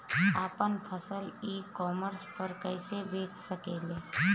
आपन फसल e commerce पर कईसे बेच सकिले?